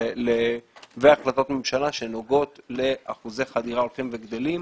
והחלטות ממשלה שנוגעות לאחוזי חדירה הולכים וגדלים.